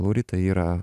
laurita yra